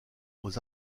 aux